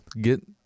get